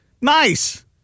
Nice